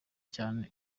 cyane